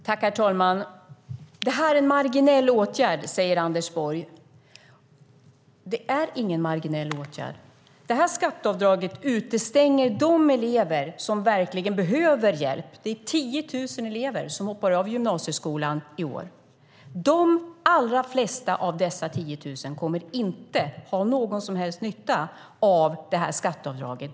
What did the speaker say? Herr talman! Det här är en marginell åtgärd, säger Anders Borg. Det är ingen marginell åtgärd. Det här skatteavdraget utestänger de elever som verkligen behöver hjälp. 10 000 elever hoppar av gymnasieskolan i år. De allra flesta av dessa 10 000 kommer inte att ha någon som helst nytta av skatteavdraget.